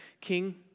king